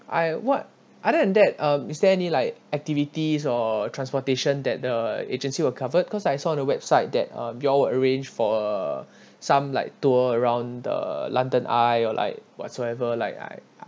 I what other than that uh is there any like activities or transportation that the agency will covered cause I saw the website that uh you all will arrange for uh some like tour around the london eye or like whatsoever like I